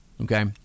okay